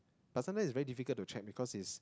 but sometimes it's very difficult to check because it's